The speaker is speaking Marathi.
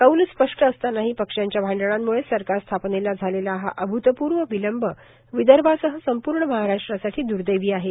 कौल स्पष्ट असतानाही पक्षांच्या भांडणाम्ळे सरकार स्थापनेला झालेला हा अभूतपूर्व विलंब विदर्भासह संपूर्ण महाराष्ट्रासाठी दूर्देवी आहे